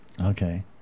okay